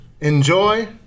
Enjoy